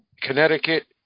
connecticut